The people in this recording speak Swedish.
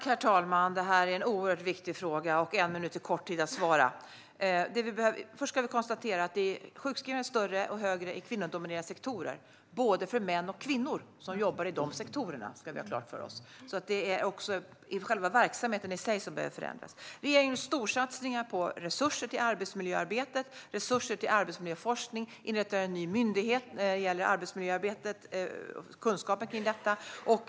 Herr talman! Det här är en oerhört viktig fråga, och en minut är kort tid att svara på. Först kan vi konstatera att antalet sjukskrivningar är högre i kvinnodominerade sektorer - för både män och kvinnor som jobbar i de sektorerna. Det ska vi ha klart för oss. Det är alltså verksamheten i sig som behöver förändras. Regeringen gör storsatsningar på resurser till arbetsmiljöarbete och arbetsmiljöforskning och inrättar en ny myndighet när det gäller arbetsmiljöarbetet och kunskapen kring detta.